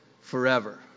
forever